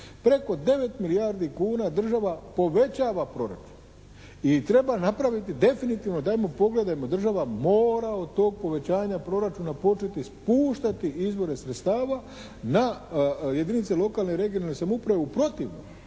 preko 9 milijardi kuna država povećava proračun i treba napraviti, definitivno dajmo, pogledajmo država mora od tog povećanja proračuna početi spuštati izvore sredstava na jedinice lokalne i regionalne samouprave u protivnom.